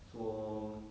so